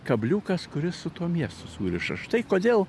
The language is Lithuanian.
kabliukas kuris su tuo miestu suriša štai kodėl